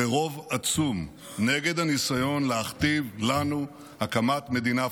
ברוב עצום נגד הניסיון להכתיב לנו הקמת מדינה פלסטינית.